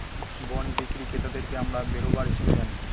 bond বিক্রি ক্রেতাদেরকে আমরা বেরোবার হিসাবে জানি